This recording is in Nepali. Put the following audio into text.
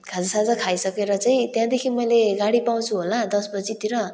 खाजासाजा खाइसकेर चाहिँ त्यहाँदेखि मैले गाडी पाउँछु होला दस बजीतिर